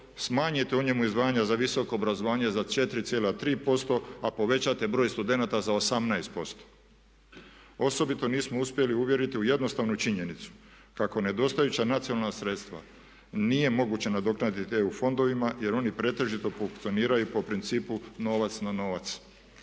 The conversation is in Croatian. smanjite u njemu izdvajanja za visoko obrazovanja za 4,3% a povećate broj studenata za 18%. Osobito nismo uspjeli uvjeriti u jednostavnu činjenicu kako nedostajuća nacionalna sredstva nije moguće nadoknaditi EU fondovima jer oni pretežito funkcioniraju po principu novac na novac.